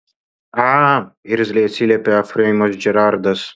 a irzliai atsiliepė efraimas džerardas